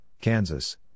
Kansas